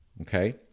Okay